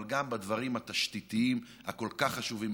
אבל גם בדברים התשתיתיים הכל-כך חשובים,